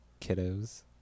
kiddos